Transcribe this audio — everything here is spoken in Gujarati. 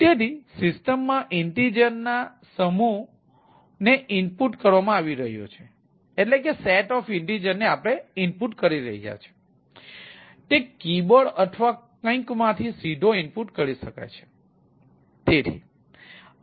તેથી અમે ઇન્ટેજર્સ સમૂહનો સરેરાશ શોધવા માંગીએ છીએ